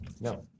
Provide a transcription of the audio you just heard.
No